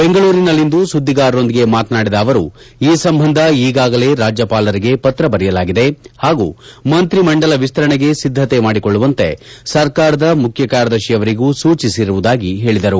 ಬೆಂಗಳೂರಿನಲ್ಲಿಂದು ಸುದ್ದಿಗಾರರೊಂದಿಗೆ ಮಾತನಾಡಿದ ಅವರು ಈ ಸಂಬಂಧ ಈಗಾಗಲೇ ರಾಜ್ಯಪಾಲರಿಗೆ ಪತ್ರ ಬರೆಯಲಾಗಿದೆ ಹಾಗೂ ಮಂತ್ರಿಮಂದಲ ವಿಸ್ತರಣೆಗೆ ಸಿದ್ದತೆ ಮಾದಿಕೊಳ್ಳುವಂತೆ ಸರ್ಕಾರದ ಮುಖ್ಯಕಾರ್ಯದರ್ಶಿ ಅವರಿಗೂ ಸೂಚಿಸಿರುವುದಾಗಿ ಹೇಳಿದರು